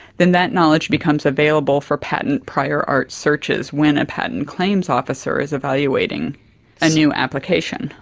then that knowledge becomes available for patent prior art searches when a patent claims officer is evaluating a new application.